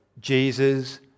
Jesus